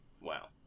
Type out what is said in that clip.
wow